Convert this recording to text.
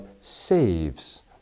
saves